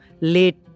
late